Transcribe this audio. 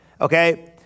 Okay